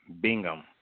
Bingham